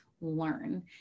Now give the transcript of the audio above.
learn